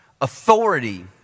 authority